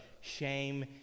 shame